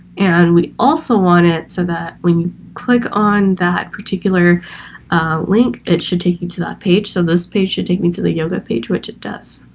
and we also want it so that when you click on that particular link it should take you to that page. so this page should take me to the yoga page, which it does